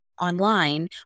online